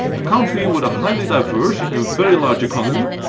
a country with a highly diverse and very large economy,